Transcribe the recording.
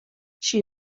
she